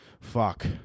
Fuck